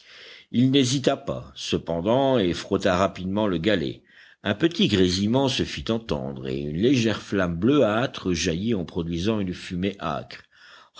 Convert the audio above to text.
il n'hésita pas cependant et frotta rapidement le galet un petit grésillement se fit entendre et une légère flamme bleuâtre jaillit en produisant une fumée âcre